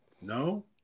No